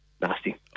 nasty